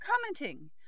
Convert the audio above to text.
commenting